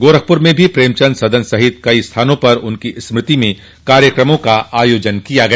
गोरखपुर में भी प्रेमचन्द सदन सहित कई स्थानों पर उनकी स्मृति में कार्यक्रमों का आयोजन किया गया